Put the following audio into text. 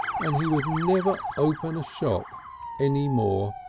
and he would never open a shop any more.